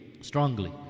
strongly